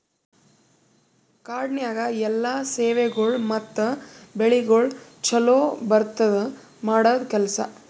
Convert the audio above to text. ಕಾಡನ್ಯಾಗ ಎಲ್ಲಾ ಸೇವೆಗೊಳ್ ಮತ್ತ ಬೆಳಿಗೊಳ್ ಛಲೋ ಬರದ್ಕ ಮಾಡದ್ ಕೆಲಸ